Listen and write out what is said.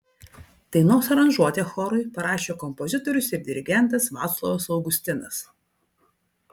dainos aranžuotę chorui parašė kompozitorius ir dirigentas vaclovas augustinas